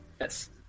Yes